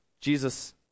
Jesus